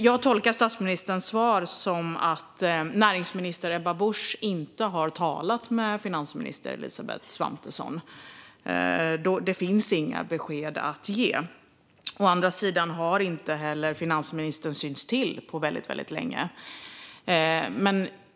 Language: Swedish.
Jag tolkar statsministerns svar som att näringsminister Ebba Busch inte har talat med finansminister Elisabeth Svantesson. Det finns inga besked att ge. Å andra sidan har heller inte finansministern synts till på väldigt länge.